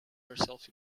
herself